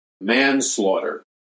manslaughter